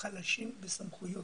חלשים בסמכויות.